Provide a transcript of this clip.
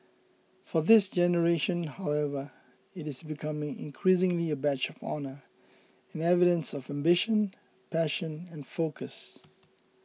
for this generation however it is becoming increasingly a badge of honour and evidence of ambition passion and focus